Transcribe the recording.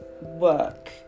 work